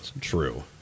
true